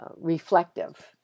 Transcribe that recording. reflective